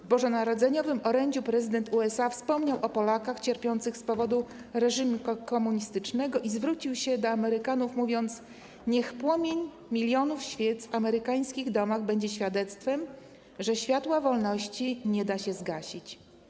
W bożonarodzeniowym orędziu prezydent USA wspomniał o Polakach cierpiących z powodu reżimu komunistycznego i zwrócił się do Amerykanów, mówiąc: Niech płomień milionów świec w amerykańskich domach będzie świadectwem, że światła wolności nie da się zgasić.